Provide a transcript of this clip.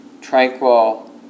tranquil